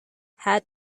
had